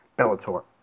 Bellator